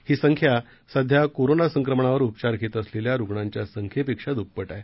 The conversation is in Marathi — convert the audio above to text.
ही संख्या सध्या कोरोना संक्रमणावर उपचार घेत असलेल्या रुग्णांच्या संख्येपेक्षा दुप्पट आहे